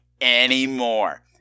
anymore